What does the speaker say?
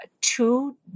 two